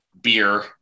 beer